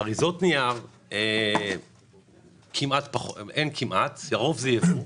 יצרני אריזות נייר אין עוד, הרוב זה ייבוא.